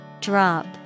Drop